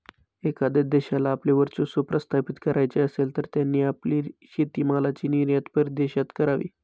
एखाद्या देशाला आपले वर्चस्व प्रस्थापित करायचे असेल, तर त्यांनी आपली शेतीमालाची निर्यात परदेशात करावी